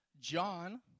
John